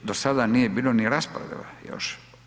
Do sada nije bilo ni rasprave još.